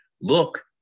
Look